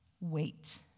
wait